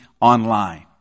online